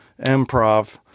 Improv